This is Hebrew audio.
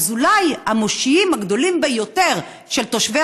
אז אולי המושיעה הגדולה ביותר של תושבי